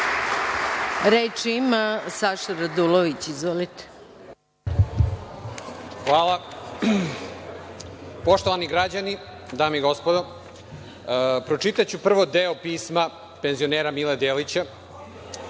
**Saša Radulović** Hvala. Poštovani građani, dame i gospodo, pročitaću prvo deo pisma penzionera Mila Delića,